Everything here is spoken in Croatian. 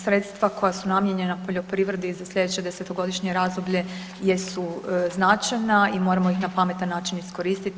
Sredstva koja su namijenjena poljoprivredi za sljedeće 10-godišnje razdoblje jesu značajna i moramo ih na pametan način iskoristiti.